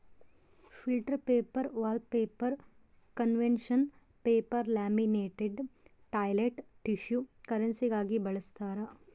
filter paper wallpaper conservation paper laminated toilet tissue ಕರೆನ್ಸಿಗಾಗಿ ಬಳಸ್ತಾರ